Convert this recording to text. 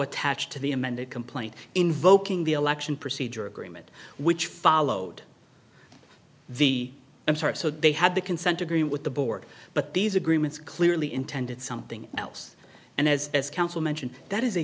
attached to the amended complaint invoking the election procedure agreement which followed the i'm sorry so they had the consent agree with the board but these agreements clearly intended something else and as as counsel mentioned that is a